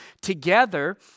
together